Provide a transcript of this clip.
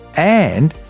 and,